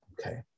Okay